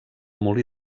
molí